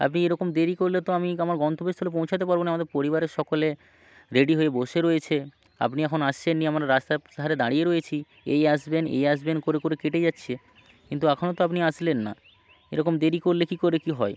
আপনি এরকম দেরি করলে তো আমি আমার গন্তব্যস্থলে পৌঁছাতে পারব না আমাদের পরিবারের সকলে রেডি হয়ে বসে রয়েছে আপনি এখনও আসছেন না আমরা রাস্তার ধারে দাঁড়িয়ে রয়েছি এই আসবেন এই আসবেন করে করে কেটে যাচ্ছে কিন্তু এখনও তো আপনি আসলেন না এরকম দেরি করলে কী করে কী হয়